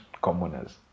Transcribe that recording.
commoners